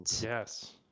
Yes